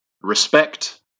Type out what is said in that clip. Respect